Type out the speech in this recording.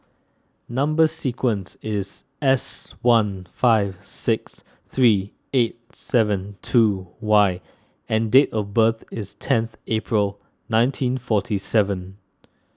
Number Sequence is S one five six three eight seven two Y and date of birth is tenth April nineteen forty seven